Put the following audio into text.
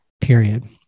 period